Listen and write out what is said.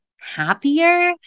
happier